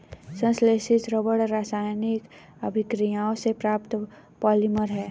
संश्लेषित रबर रासायनिक अभिक्रियाओं से प्राप्त पॉलिमर है